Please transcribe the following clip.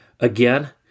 again